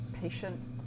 patient